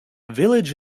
village